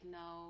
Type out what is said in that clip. no